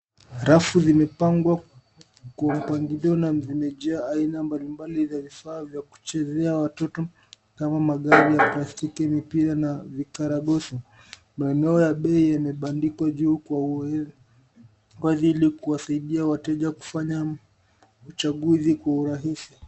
Rafu zimepangwa kwa mpangilio na zimejaa aina mbalimbali za vifaa vya kuchezea watoto kama magari ya plastiki, mipira na vikaragosi. Maeneo ya bei yamebandikwa juu kuwasaidia wateja kufanya uchanguzi kwa urahisi.